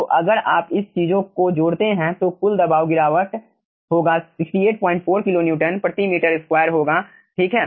तो अगर आप इस चीज़ों को जोड़ते हैं तो कुल दबाव गिरावट होगा 684 किलो न्यूटन प्रति मीटर स्क्वायर KNm2 होगा ठीक है